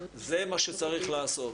זה מה שצריך לעשות.